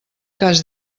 cas